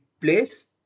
place